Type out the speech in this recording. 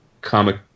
comic